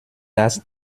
dass